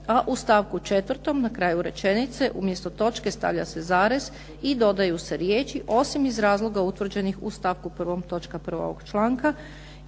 a u stavku 4. na kraju rečenice umjesto točke stavlja se zarez i dodaju se riječi osim iz razloga utvrđenih u stavku 1. točka 1. ovog članka